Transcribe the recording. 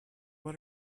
what